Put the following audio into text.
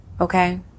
Okay